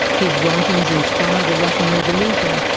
his writings inspired the russian revolution,